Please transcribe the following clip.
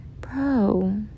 bro